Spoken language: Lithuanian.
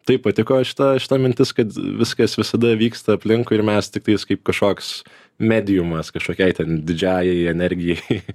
taip patiko šita šita mintis kad viskas visada vyksta aplinkui ir mes tiktais kaip kažkoks mediumas kažkokiai ten didžiąjai energijai